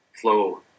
flow